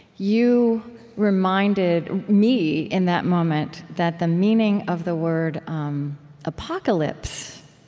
you reminded me, in that moment, that the meaning of the word um apocalypse,